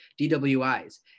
DWIs